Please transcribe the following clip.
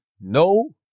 No